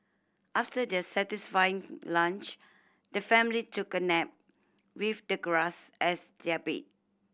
after their satisfying lunch the family took a nap with the grass as their bed